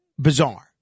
bizarre